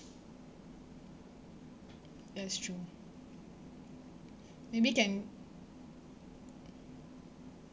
that's true maybe can